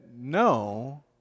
no